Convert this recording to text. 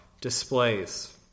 displays